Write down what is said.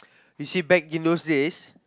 you see back in those days